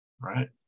right